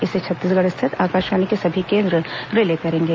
इसे छत्तीसगढ़ स्थित आकाशवाणी के सभी केंद्र रिले करेंगे